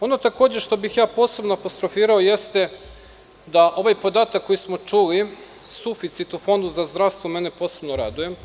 Ono takođe što bih posebno apostrofirao jeste da ovaj podatak koji smo čuli suficit u Fondu za zdravstvu mene posebno raduje.